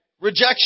Rejection